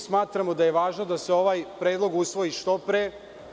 Smatramo da je važno da se ovaj predlog usvoji što pre.